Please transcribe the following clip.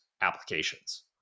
applications